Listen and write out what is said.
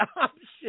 options